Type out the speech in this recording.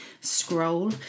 scroll